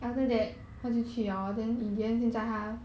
mm